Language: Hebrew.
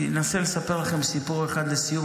אני אנסה לספר לכם סיפור אחד לסיום,